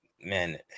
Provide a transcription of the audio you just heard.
man